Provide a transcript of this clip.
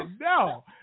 No